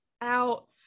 out